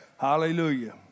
Hallelujah